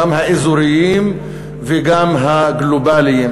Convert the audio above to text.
גם האזורי וגם הגלובלי,